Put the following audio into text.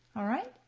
all right?